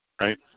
Right